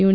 you